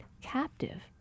captive